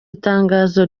itangazo